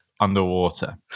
underwater